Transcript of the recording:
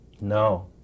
No